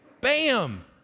Bam